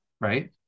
right